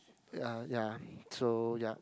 ya ya so yup